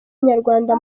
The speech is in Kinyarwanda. nyarwanda